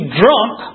drunk